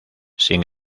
sin